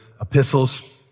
epistles